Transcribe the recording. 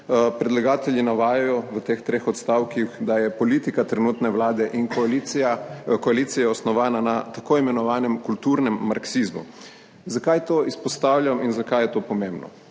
Predlagatelji navajajo v teh treh odstavkih, da je politika trenutne vlade in koalicije osnovana na tako imenovanem kulturnem marksizmu. Zakaj to izpostavljam in zakaj je to pomembno?